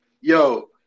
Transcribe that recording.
yo